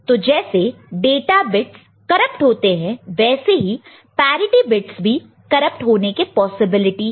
तो जैसे data bits corrupt होते हैं वैसे ही पैरिटि बिट्स भी करप्ट होने के पॉसिबिलिटी है